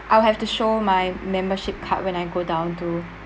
I will have to show my membership card when I go down to